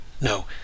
No